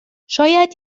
شاید